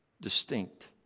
distinct